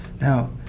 Now